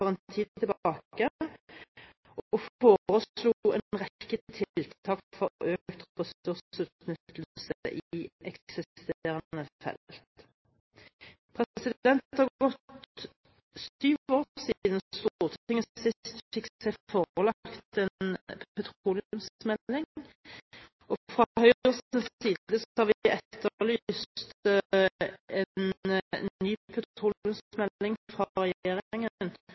en tid tilbake og forslo en rekke tiltak for økt ressursutnyttelse i eksisterende felt. Det har gått syv år siden Stortinget sist fikk seg forelagt en petroleumsmelding. Fra Høyres side har vi etterlyst en ny petroleumsmelding fra